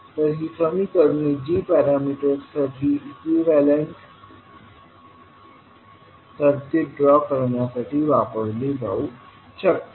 तर ही समीकरणे g पॅरामीटर्ससाठी इक्विवलेंत सर्किट ड्रॉ करण्यासाठी वापरली जाऊ शकतात